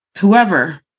whoever